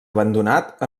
abandonat